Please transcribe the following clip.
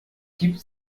gibt